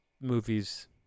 movies